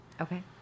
okay